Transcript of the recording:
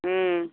ம்